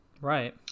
Right